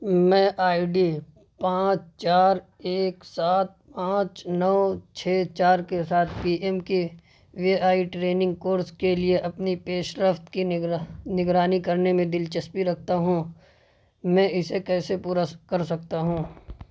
میں I D پانچ چار ایک سات پانچ نو چھ چار کے ساتھ P M K V I training course کے لیے اپنی پیش رفت کی نگراں نگرانی کرنے میں دلچسپی رکھتا ہوں میں اسے کیسے پورا کر سکتا ہوں